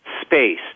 space